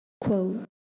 Quote